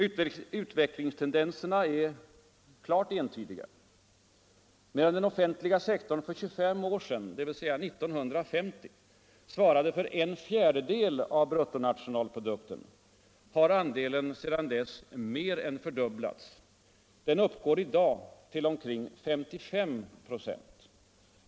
Utvecklingstendenserna är entydiga. Medan den offentliga sektorn för 25 år sedan — dvs. 1950 — svarade för en fjärdedel av bruttonationalprodukten, har dess andel sedan dess mer än fördubblats. Den uppgår i dag till omkring 55 96.